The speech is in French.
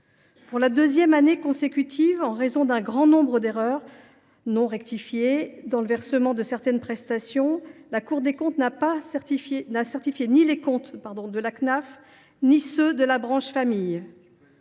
Pour la deuxième année de suite, en raison d’un grand nombre d’erreurs non rectifiées dans le versement de certaines prestations, la Cour des comptes n’a pas certifié les comptes de la Cnaf ni ceux de la branche famille.